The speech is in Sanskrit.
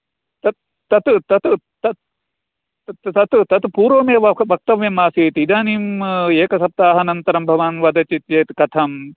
तत् तत् तत् तत् तत् पूर्वमेव वक्तव्यमासीत् इदानीं एकसप्ताहानन्तरं भवान् वदति चेत् कथं